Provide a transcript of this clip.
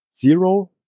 zero